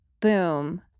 Boom